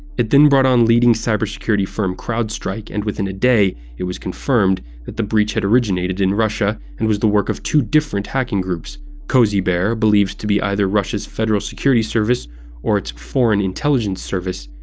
it then brought on leading cybersecurity firm crowdstrike and within a day it was confirmed that the breach had originated in russia and was the work of two different hacking groups cozy bear believed to be either russia's federal security service or its foreign intelligence service,